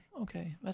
Okay